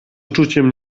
uczuciem